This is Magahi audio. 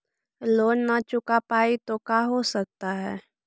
लोन न चुका पाई तो का हो सकता है?